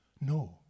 No